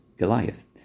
Goliath